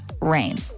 rain